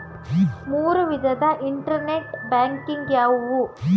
ಮೂರು ವಿಧದ internet banking ಯಾವುವು?